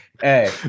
Hey